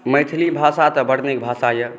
मैथिली भाषा तऽ बड नीक भाषा यऽ